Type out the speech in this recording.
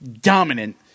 dominant